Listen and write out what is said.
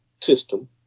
system